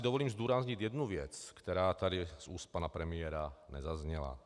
Dovolím si zdůraznit jednu věc, která tady z úst pana premiéra nezazněla.